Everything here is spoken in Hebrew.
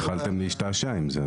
התחלתם להשתעשע עם זה.